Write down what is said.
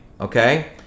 okay